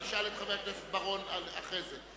אני אשאל את חבר הכנסת בר-און אחרי זה.